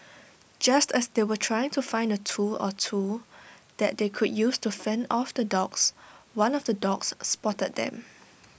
just as they were trying to find A tool or two that they could use to fend off the dogs one of the dogs spotted them